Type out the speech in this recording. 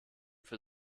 für